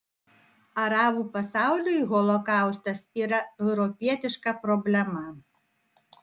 arabų pasauliui holokaustas yra europietiška problema